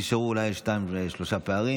נשארו אולי שניים- שלושה פערים,